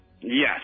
Yes